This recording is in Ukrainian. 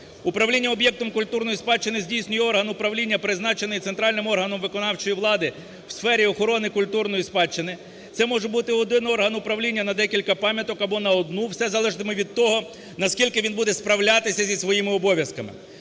Управління об'єктом культурної спадщини здійснює орган управління, призначений центральним органом виконавчої влади у сфері охорони культурної спадщини, це може бути один орган управління на декілька пам'яток або на одну, все залежатиме від того, наскільки він буде справлятися зі своїми обов'язками.